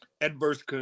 adverse